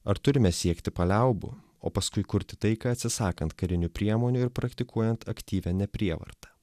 ar turime siekti paliaubų o paskui kurti taiką atsisakant karinių priemonių ir praktikuojant aktyvią ne prievartą